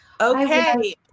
Okay